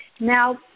Now